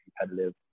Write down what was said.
competitive